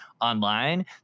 online